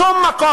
בשום מקום,